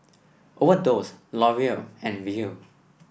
Overdose L'Oreal and Viu